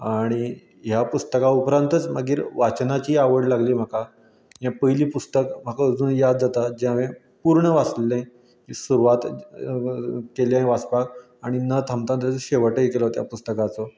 आनी ह्या पुस्तका उपरांतूच मागीर वाचनाची आवड लागली म्हाका हें पयलीं पुस्तक म्हाका अजून याद जाता जें हांवेन पुर्ण वाचिल्लें सुरवात केल्ली हांयेन वाचपाक आनी न थांबता तेजो शेवटय केलो त्या पुस्तकाचो